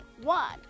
One